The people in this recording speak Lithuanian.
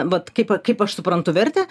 vat kaip a kaip aš suprantu vertę